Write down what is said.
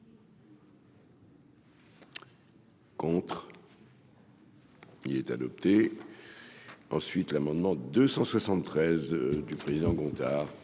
Contre. Il est adopté ensuite l'amendement 273 du président Gontard,